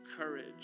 courage